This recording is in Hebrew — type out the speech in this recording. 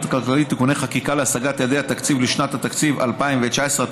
הכלכלית (תיקוני חקיקה להשגת יעדי התקציב לשנת התקציב 2019),